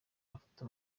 afata